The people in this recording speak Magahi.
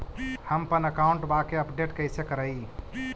हमपन अकाउंट वा के अपडेट कैसै करिअई?